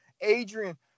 Adrian